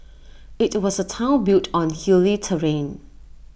IT was A Town built on hilly terrain